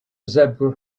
zebra